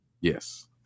Yes